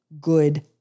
good